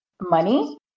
money